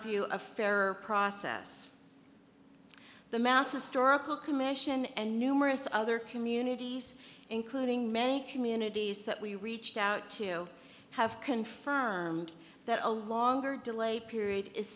view a fairer process the masses storable commission and numerous other communities including many communities that we reached out to have confirmed that a longer delay period is